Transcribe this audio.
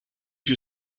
più